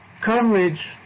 coverage